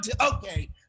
okay